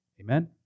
Amen